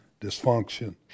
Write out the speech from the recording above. dysfunction